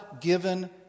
given